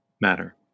matter